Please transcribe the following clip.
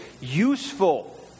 useful